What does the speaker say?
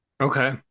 Okay